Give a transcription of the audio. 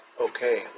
okay